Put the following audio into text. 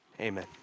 Amen